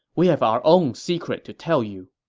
we have our own secret to tell you.